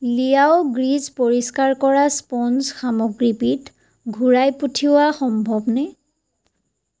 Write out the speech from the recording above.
Liao grease পৰিস্কাৰ কৰা sponge সামগ্ৰীবিধ ঘূৰাই পঠিওৱা সম্ভৱনে